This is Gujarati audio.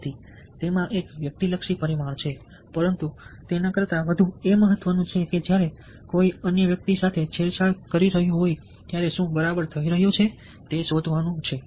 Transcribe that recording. તેથી તેમાં એક વ્યક્તિલક્ષી પરિમાણ છે પરંતુ તેના કરતાં વધુ મહત્વનું એ છે કે જ્યારે કોઈ અન્ય વ્યક્તિ સાથે છેડછાડ કરી રહ્યું હોય ત્યારે શું બરાબર થઈ રહ્યું છે તે શોધવાનું શું છે